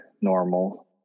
normal